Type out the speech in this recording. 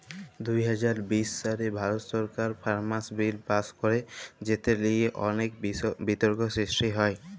দু হাজার বিশ সালে ভারত সরকার ফার্মার্স বিল পাস্ ক্যরে যেট লিয়ে অলেক বিতর্ক সৃষ্টি হ্যয়